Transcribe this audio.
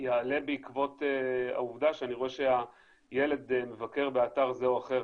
יעלה בעקבות העובדה שאני רואה שהילד מבקר באתר זה או אחר,